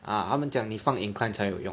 ah 他们讲你放 incline 才有用